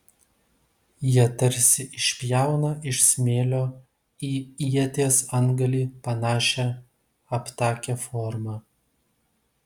jie tarsi išpjauna iš smėlio į ieties antgalį panašią aptakią formą